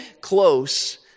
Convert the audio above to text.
close